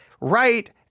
right